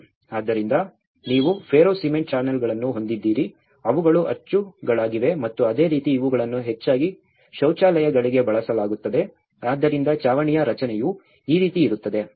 ಆದ್ದರಿಂದ ನೀವು ferro cement ಚಾನೆಲ್ಗಳನ್ನು ಹೊಂದಿದ್ದೀರಿ ಅವುಗಳು ಅಚ್ಚುಗಳಾಗಿವೆ ಮತ್ತು ಅದೇ ರೀತಿ ಇವುಗಳನ್ನು ಹೆಚ್ಚಾಗಿ ಶೌಚಾಲಯಗಳಿಗೆ ಬಳಸಲಾಗುತ್ತದೆ ಆದ್ದರಿಂದ ಛಾವಣಿಯ ರಚನೆಯು ಈ ರೀತಿ ಇರುತ್ತದೆ